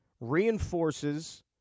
reinforces